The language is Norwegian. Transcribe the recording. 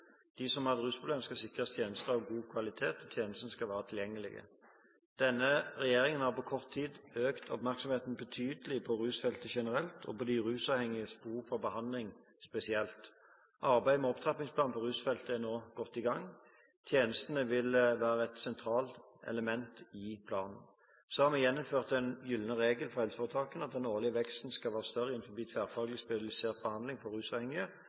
De som har et rusproblem, skal sikres tjenester av god kvalitet, og tjenestene skal være tilgjengelige. Denne regjeringen har på kort tid økt oppmerksomheten betydelig på rusfeltet generelt, og når det gjelder de rusavhengiges behov for behandling, spesielt. Arbeidet med opptrappingsplan på rusfeltet er nå godt i gang. Tjenestene vil være et sentralt element i planen. Så har vi gjeninnført den «gylne regel» for helseforetakene – at den årlige veksten skal være større innen tverrfaglig spesialisert behandling for rusavhengige